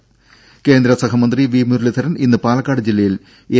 രുര കേന്ദ്ര സഹമന്ത്രി വി മുരളീധരൻ ഇന്ന് പാലക്കാട് ജില്ലയിൽ എൻ